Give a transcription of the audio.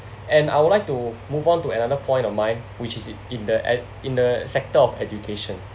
and I would like to move on to another point of mine which is it in the at in the sector of education